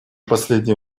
последнее